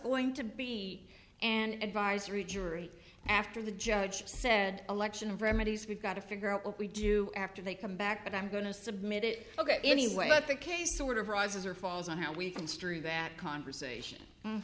going to be and advisory jury after the judge said election of remedies we've got to figure out what we do after they come back and i'm going to submit it ok anyway but the case sort of rises or falls on how we construe that conversation